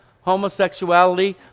homosexuality